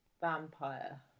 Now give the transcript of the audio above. Vampire